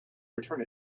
return